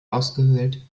ausgehöhlt